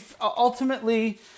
ultimately